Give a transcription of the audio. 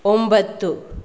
ಒಂಬತ್ತು